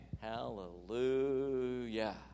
Hallelujah